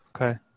okay